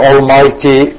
Almighty